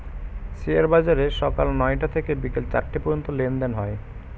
share বাজারে সকাল নয়টা থেকে বিকেল চারটে পর্যন্ত লেনদেন হয়